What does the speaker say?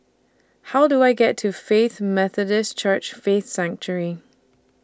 How Do I get to Faith Methodist Church Faith Sanctuary